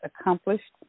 accomplished